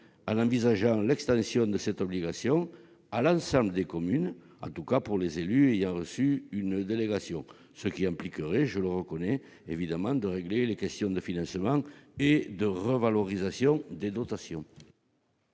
en envisageant l'extension de cette obligation à l'ensemble des communes, en tout cas pour les élus ayant reçu une délégation. Cela impliquerait évidemment, je le reconnais, de régler les questions du financement et de la revalorisation des dotations.